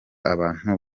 abantu